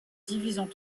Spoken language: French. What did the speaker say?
divisent